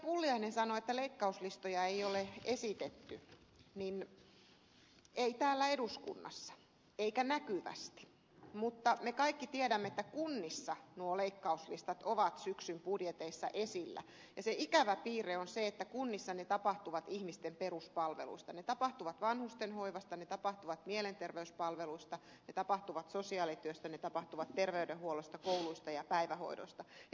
pulliainen sanoi että leikkauslistoja ei ole esitetty ei täällä eduskunnassa eikä näkyvästi mutta me kaikki tiedämme että kunnissa nuo leikkauslistat ovat syksyn budjeteissa esillä ja se ikävä piirre on se että kunnissa ne tapahtuvat ihmisten peruspalveluista ne tapahtuvat vanhustenhoivasta ne tapahtuvat mielenterveyspalveluista ne tapahtuvat sosiaalityöstä ne tapahtuvat terveydenhuollosta kouluista ja päivähoidoista